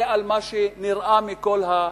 זה מה שנראה מכל העניין,